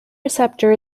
receptor